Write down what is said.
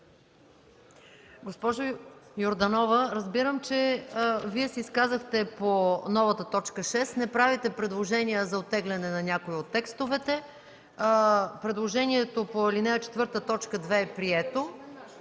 Госпожо Йорданова, разбирам, че Вие се изказахте по новата т. 6. Не правите предложение за оттегляне на някои от текстовете. Предложението по ал. 4, т. 2 е прието,